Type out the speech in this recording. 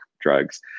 drugs